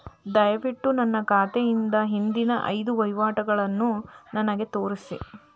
ದಯವಿಟ್ಟು ನನ್ನ ಖಾತೆಯಿಂದ ಹಿಂದಿನ ಐದು ವಹಿವಾಟುಗಳನ್ನು ನನಗೆ ತೋರಿಸಿ